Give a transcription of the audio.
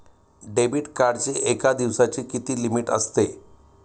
Debit कार्डची एका दिवसाची किती लिमिट असते?